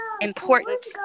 important